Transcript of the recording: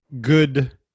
good